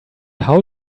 how